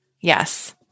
Yes